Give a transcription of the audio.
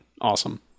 awesome